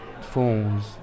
phones